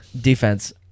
defense